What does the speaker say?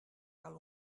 cal